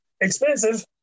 Expensive